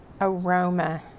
aroma